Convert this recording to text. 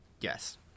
Yes